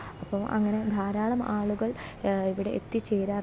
അപ്പോൾ അങ്ങനെ ധാരാളം ആളുകൾ ഇവിടെ എത്തിച്ചേരാറുണ്ട്